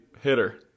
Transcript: hitter